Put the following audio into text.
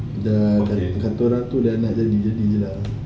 the kata orang tu nak jadi jadi jer lah